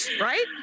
Right